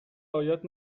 رعایت